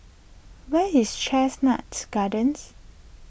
where is Chestnut Gardens